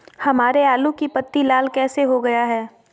हमारे आलू की पत्ती लाल कैसे हो गया है?